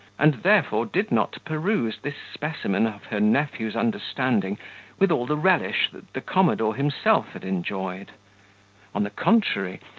and therefore did not peruse this specimen of her nephew's understanding with all the relish that the commodore himself had enjoyed on the contrary,